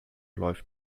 läuft